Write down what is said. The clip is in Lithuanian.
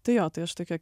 tai jo tai aš tokia